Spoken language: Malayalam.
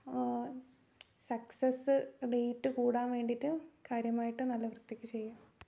സക്സസ്സ് റേറ്റ് കൂടാൻ വേണ്ടിയിട്ട് കാര്യമായിട്ട് നല്ല വൃത്തിക്ക് ചെയ്യും